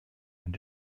and